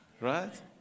right